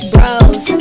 Bros